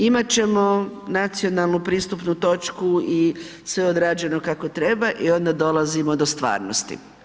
Imat ćemo nacionalnu pristupnu točku i sve odrađeno kako treba i onda dolazimo do stvarnosti.